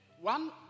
one